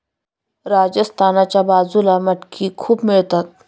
राजस्थानच्या बाजूला मटकी खूप मिळतात